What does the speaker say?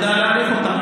אנחנו נדע להעריך אותם,